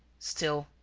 still.